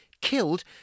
killed